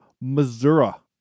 Missouri